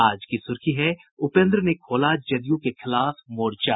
आज की सुर्खी है उपेन्द्र ने खोला जदयू के खिलाफ मोर्चा